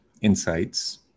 insights